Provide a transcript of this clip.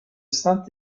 saint